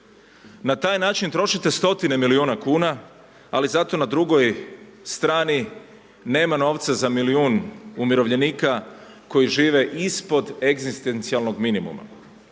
Na taj način trošite 100-tine milijuna kuna, ali zato na drugoj strani nema novca za milijun umirovljenika koji žive ispod egzistencijalnog minimuma.